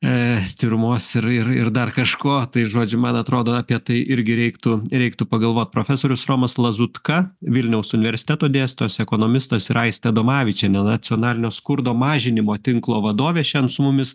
tyrumos ir ir dar kažko tai žodžių man atrodo apie tai irgi reiktų reiktų pagalvot profesorius romas lazutka vilniaus universiteto dėstytojas ekonomistas ir aistė adomavičienė nacionalinio skurdo mažinimo tinklo vadovė šen su mumis